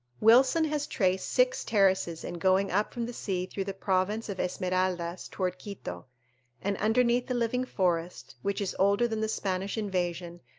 wilson has traced six terraces in going up from the sea through the province of esmeraldas toward quito and underneath the living forest, which is older than the spanish invasion,